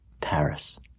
Paris